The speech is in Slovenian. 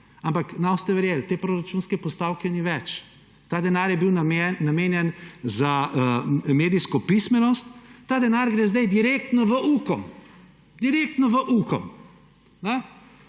ampak ne boste verjeli, te proračunske postavke ni več. Ta denar je bil namenjen za medijsko pismenost. Ta denar gre zdaj direktno v Ukom! Ministrstvo